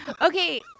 Okay